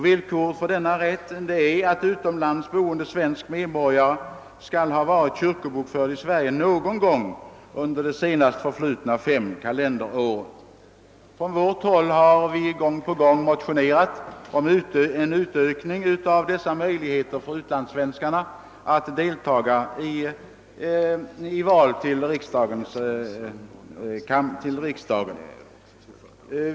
Villkoret för denna rätt är att utomlands boende svenska medborgare skall ha varit kyrkobokförda i Sverige någon gång under de senast förflutna fem kalenderåren. Från vårt håll har vi gång på gång motionerat om en ökning av dessa möj ligheter för utlandssvenskarna att delta i val till riksdagen.